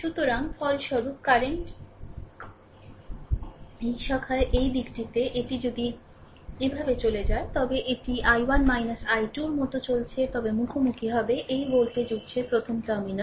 সুতরাং ফলস্বরূপ কারেন্ট এই শাখায় এই দিকটিতে এটি যদি এভাবে চলে যায় তবে এটি I1 I2 এর মত চলছে তবে মুখোমুখি হবে এই ভোল্টেজ উত্সের প্রথম টার্মিনাল